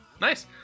Nice